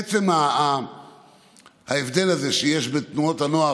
עצם ההבדל הזה שיש בין תנועות הנוער,